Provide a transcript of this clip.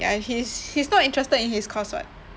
ya he's he's not interested in his course [what]